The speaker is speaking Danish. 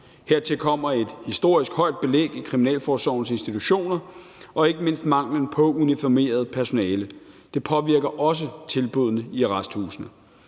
Hertil kommer et historisk højt belæg i kriminalforsorgens institutioner og ikke mindst manglen på uniformeret personale. Det påvirker også tilbuddene i arresthusene.